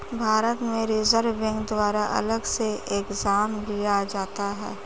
भारत में reserve bank द्वारा अलग से एग्जाम लिया जाता है